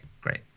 Great